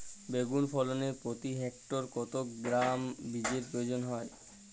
বেগুন ফলনে প্রতি হেক্টরে কত গ্রাম বীজের প্রয়োজন হয়?